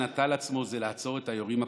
שנטל על עצמו זה לעצור את היורים הפושעים?